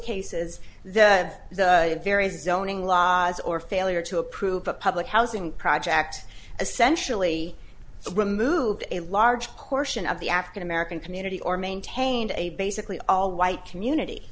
cases the various zoning laws or failure to approve a public housing project essentially removed a large portion of the african american community or maintained a basically all white community